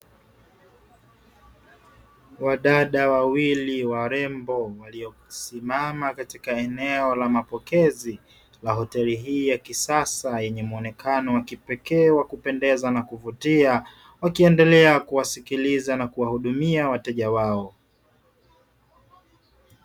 Wadada wawili warembo waliyosimama katika eneo la mapokezi la hoteli hii ya kisasa, yenye muonekano wa kipekee wa kupendeza na kuvutia wakiendelea kuwasikiliza na kuwahudumia wateja wao.